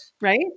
Right